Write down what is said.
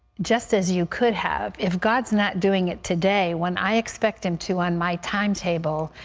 just as you could have, if god is not doing it today, when i expect him to on my timetable,